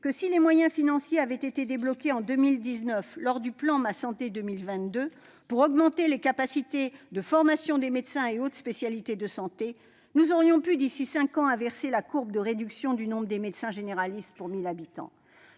que si les moyens financiers avaient été débloqués en 2019 lors du plan Ma santé 2022 pour augmenter la capacité de formation des médecins et autres spécialités de santé, nous aurions pu, d'ici cinq ans, inverser la courbe de réduction du nombre des médecins généralistes pour 1 000 habitants.